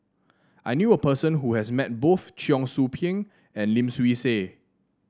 I knew a person who has met both Cheong Soo Pieng and Lim Swee Say